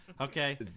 okay